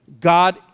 God